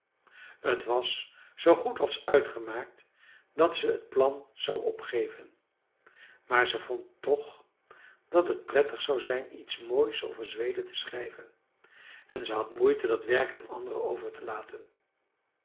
t was zoo goed als uitgemaakt dat ze t plan zou opgeven maar ze vond toch dat het prettig zou zijn iets moois over zweden te schrijven en ze had moeite dat werk aan anderen over te laten